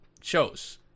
shows